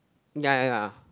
ya ya ya